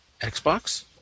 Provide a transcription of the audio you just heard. Xbox